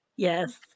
Yes